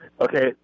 Okay